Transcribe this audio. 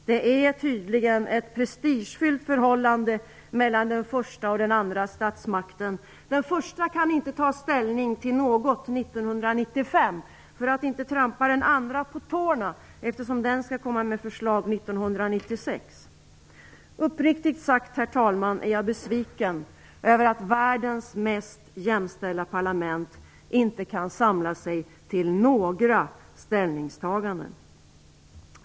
Det är tydligen ett prestigefyllt förhållande mellan den första och den andra statsmakten. Den första kan inte ta ställning till något 1995 för att inte trampa den andra på tårna, eftersom den i sin tur skall komma med förslag 1996. Uppriktigt sagt, herr talman, är jag besviken över att världens mest jämställda parlament inte kan samla sig till några ställningstaganden.